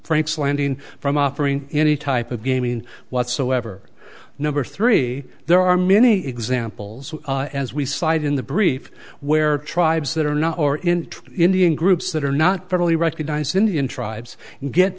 frank's landing from offering any type of gaming whatsoever number three there are many examples as we cited in the brief where tribes that are not or in indian groups that are not properly recognize indian tribes and get